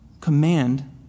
command